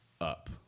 up